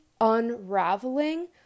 unraveling